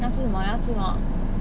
你要吃什么你要吃什么